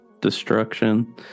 destruction